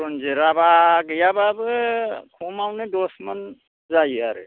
रनजितआब्ला गैयाब्लाबो खमावनो दस मन जायोआरो